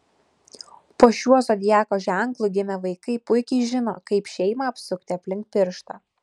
po šiuo zodiako ženklu gimę vaikai puikiai žino kaip šeimą apsukti aplink pirštą